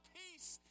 peace